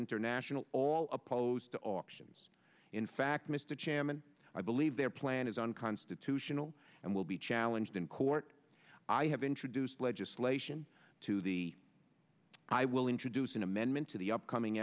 international all opposed to auctions in fact mr chairman i believe their plan is unconstitutional and will be challenged in court i have introduced legislation to the i will introduce an amendment to the upcoming